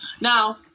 Now